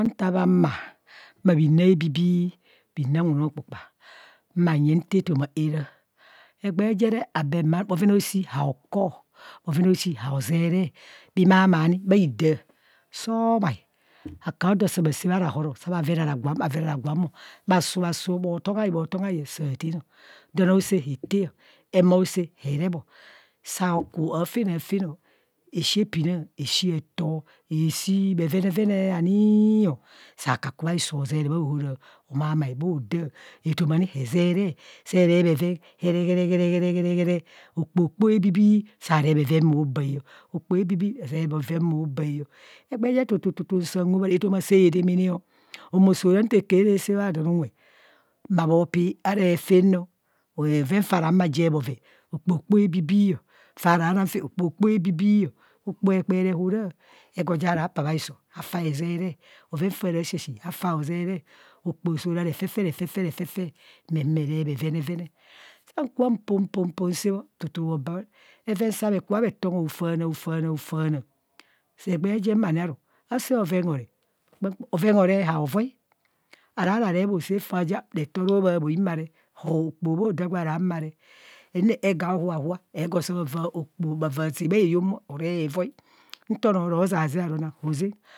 Nta bha maa, mma bhina abibii, bhi na wunu kpukpa maa nyeng nta etoma araa, egbee je re abee mma, bhoven aoshi haoko, bhoven aoshi haozeree bhimamai ni bhai dạạ, soo mai aka odo saa bhaa sạạ bha rahoro bha veraa ragwon mo bha vera ragwa mo bha suui bhei suu bho to gai o bho togai saa tạạn o, don a sạạ ha taa o emaosaa hee rep o. Saa ku afanafen o. ashei ọpinaa ashii etọọ ashii bhevenevene nii o saa kaku khaiso hozeree, se rep bheven here here here here okpho kpoho hebibii saa rep bheven bho baa ọ okpoho hebibii arep bheven bho baae ọ. egbee tututu nsaa hobharaa etoma sạạ dạmạnạ o. Moo soo raa nta ke re sạạ bha don unwe maa bho pe arep tam noo, bhoven faa raa humo aje bhoven, okpoho kpoho hebibii ọ saa na fam okpoho kpoho hebibii ọ okpoho hekperee horạạ ego ja ra paa bhahiso hafa hezeree bhoven faa rashashi hafa haorzeree okpoh soo ra refefe refefe refefe mme humo erep bhevenevene. Saa kubho mpo mpo mpo ɛ nse bho tutu obam, bheven saa ekubhe bhe tongho a faa na ofaana ofana egbee jem ani aru asaa bhoven horep bhoven horup haovoi, aara rep hosaa foja reto roboboi ma rep okpoho bho da, ego ahuahua, ego saa bhava afaa saa bha heyong bhoo harep hevoi nto onoo ro zazen onaa ru onoo ha zeng